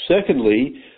Secondly